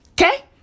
Okay